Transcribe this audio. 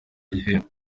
igihembo